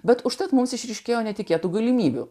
bet užtat mums išryškėjo netikėtų galimybių